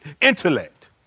intellect